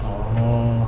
oh